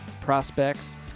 prospects